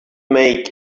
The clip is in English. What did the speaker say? make